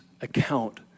account